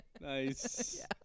Nice